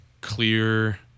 clear